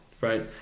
right